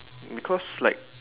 because like